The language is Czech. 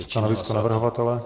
Stanovisko navrhovatele?